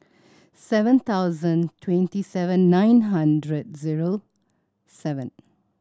seven thousand twenty seven nine hundred zero seven